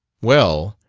well,